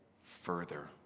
further